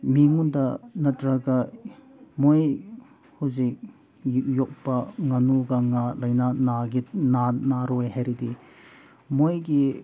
ꯃꯤꯉꯣꯟꯗ ꯅꯠꯇ꯭ꯔꯒ ꯃꯣꯏ ꯍꯧꯖꯤꯛ ꯌꯣꯛꯄ ꯉꯥꯅꯨ ꯀꯥꯡꯉꯥ ꯂꯥꯏꯅꯥ ꯅꯥꯔꯣꯏ ꯍꯥꯏꯔꯗꯤ ꯃꯣꯏꯒꯤ